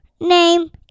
name